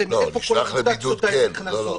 הרי מאיפה כל המוטציות האלה נכנסות?